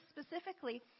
specifically